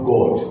God